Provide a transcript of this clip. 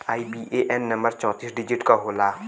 IBAN number चौतीस digit क होला